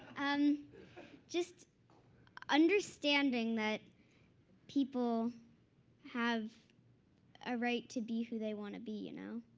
um just understanding that people have a right to be who they want to be. you know